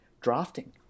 drafting